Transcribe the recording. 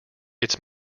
its